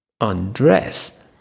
Undress